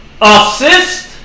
Assist